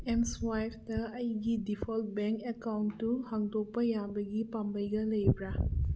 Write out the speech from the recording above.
ꯑꯦꯝꯁ꯭ꯋꯥꯏꯞꯇ ꯑꯩꯒꯤ default bank ꯑꯦꯀꯥꯎꯟꯇꯨ ꯍꯥꯡꯗꯣꯛꯄ ꯌꯥꯕꯒꯤ ꯄꯥꯝꯕꯩꯒ ꯂꯩꯕ꯭ꯔ